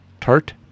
tart